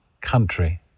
country